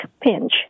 pinch